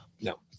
No